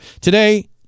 Today